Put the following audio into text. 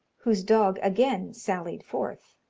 whose dog again sallied forth.